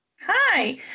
Hi